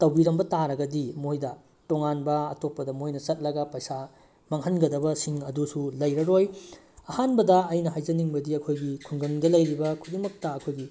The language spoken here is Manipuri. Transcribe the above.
ꯇꯧꯕꯤꯔꯝꯕ ꯇꯥꯔꯒꯗꯤ ꯃꯣꯏꯗ ꯇꯣꯉꯥꯟꯕ ꯑꯇꯣꯞꯄꯗ ꯃꯣꯏꯅ ꯆꯠꯂꯒ ꯄꯩꯁꯥ ꯃꯥꯡꯍꯟꯒꯗꯕꯁꯤꯡ ꯑꯗꯨꯁꯨ ꯂꯩꯔꯔꯣꯏ ꯑꯍꯥꯟꯕꯗ ꯑꯩꯅ ꯍꯥꯏꯖꯅꯤꯡꯕꯗꯤ ꯑꯩꯈꯣꯏꯒꯤ ꯈꯨꯡꯒꯪꯗ ꯂꯩꯔꯤꯕ ꯈꯨꯗꯤꯡꯃꯛꯇ ꯑꯩꯈꯣꯏꯒꯤ